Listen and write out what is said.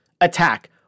attack